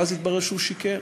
ואז התברר שהוא שיקר.